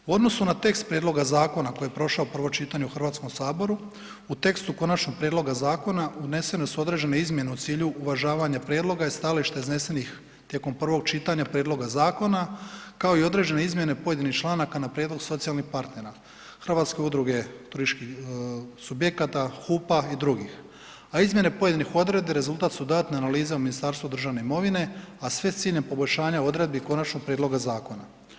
U odnosu na tekst prijedloga zakona koji je prošao prvo čitanje u Hrvatskome saboru, u tekstu konačnog prijedloga zakona unesene su određene izmjene u cilju uvažavanja prijedloga i stajališta iznesenih tijekom prvog čitanja prijedloga zakona, kao i određene izmjene pojedinih članaka na prijedlog socijalnih partnera, Hrvatske udruge turističkih subjekata, HUP-a i dr., a izmjene pojedinih odredbi rezultat su ... analize u Ministarstvu državne imovine, a sve s ciljem poboljšanja odredbi konačnog prijedloga zakona.